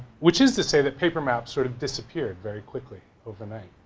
which is to say that paper map sort of disappeared very quickly, overnight.